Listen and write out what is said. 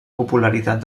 popularitat